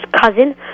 cousin